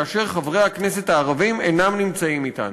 כאשר חברי הכנסת הערבים אינם נמצאים אתנו.